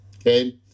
Okay